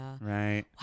Right